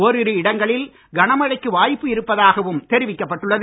ஒரிரு இடங்களில் கனமழைக்கு வாய்ப்பு இருப்பதாகவும் தெரிவிக்கப்பட்டுள்ளது